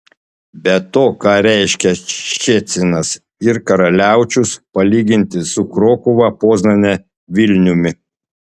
be to ką reiškia ščecinas ir karaliaučius palyginti su krokuva poznane vilniumi